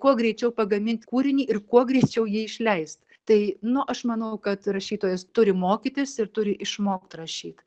kuo greičiau pagamint kūrinį ir kuo greičiau jį išleist tai nu aš manau kad rašytojas turi mokytis ir turi išmokt rašyt